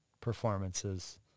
performances